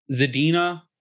Zadina